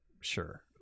Sure